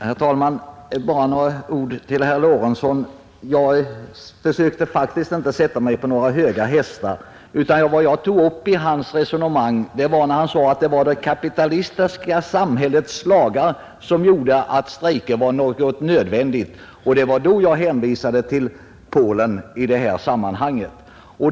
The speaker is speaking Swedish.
Herr talman! Bara några ord till herr Lorentzon. Jag försökte faktiskt inte sätta mig på några höga hästar, utan vad jag tog upp i hans resonemang var hans uttalande att det var det kapitalistiska samhällets lagar som gjorde att strejker var nödvändiga. Det var i detta sammanhang jag hänvisade till Polen.